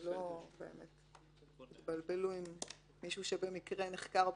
שלא יתבלבלו עם מישהו שנחקר